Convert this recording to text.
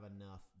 enough